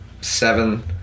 seven